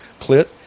clit